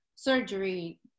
Surgery